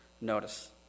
Notice